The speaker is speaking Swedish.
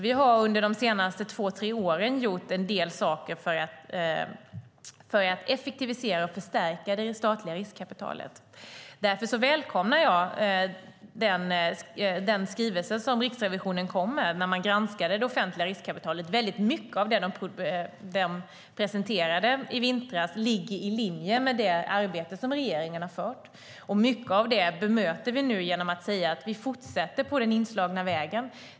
Vi har under de senaste två tre åren gjort en del saker för att effektivisera och förstärka det statliga riskkapitalet. Jag välkomnar därför den skrivelse som Riksrevisionen kom med när man granskade det offentliga riskkapitalet. Väldigt mycket av vad man presenterade i vintras ligger i linje med det arbete som regeringen har gjort. Mycket av det bemöter vi nu genom att vi fortsätter på den inslagna vägen.